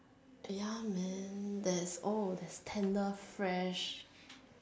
ya man there's oh there's Tenderfresh